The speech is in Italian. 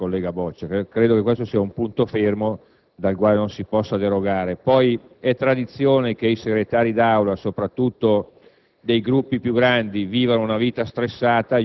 lo spirito e neanche la *ratio* dell'intervento del collega Boccia. Credo che questo sia un punto fermo dal quale non si possa derogare, poi è tradizione che i senatori che svolgono